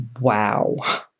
Wow